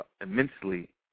immensely